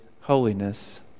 holiness